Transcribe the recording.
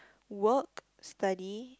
work study